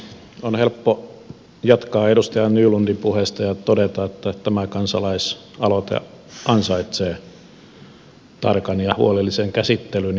on helppo jatkaa edustaja nylundin puheesta ja todeta että tämä kansalaisaloite ansaitsee tarkan ja huolellisen käsittelyn